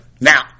Now